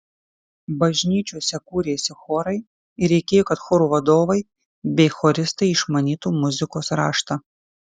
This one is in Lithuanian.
bažnyčiose kūrėsi chorai ir reikėjo kad chorų vadovai bei choristai išmanytų muzikos raštą